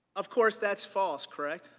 of course that is false, correct?